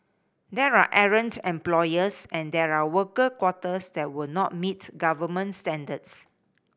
there are errant employers and there are worker quarters that would not meet government standards